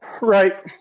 Right